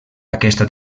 aquesta